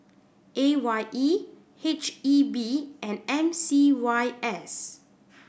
A Y E H E B and M C Y S